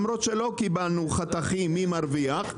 למרות שלא קיבלנו חתכים מי מרוויח,